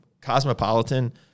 Cosmopolitan